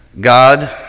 God